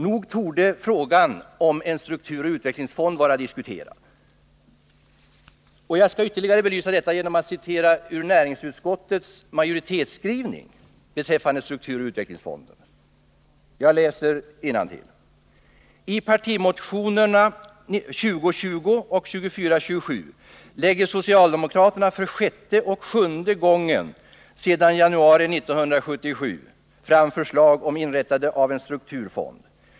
Nog torde frågan om en strukturoch utvecklingsfond vara diskuterad. Jag skall ytterligare belysa detta genom att citera ur näringsutskottets majoritetsskrivning beträffande strukturoch utvecklingsfonderna. Det står bl.a. följande: ”I partimotionerna 1978 79:2427 lägger socialdemokraterna för sjätte och sjunde gången sedan januari 1977 fram förslag om inrättande av en strukturfond.